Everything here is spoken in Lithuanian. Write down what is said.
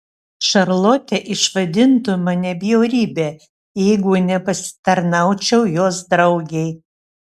šarlotė išvadintų mane bjaurybe jeigu nepasitarnaučiau jos draugei